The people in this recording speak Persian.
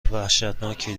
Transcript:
وحشتناکی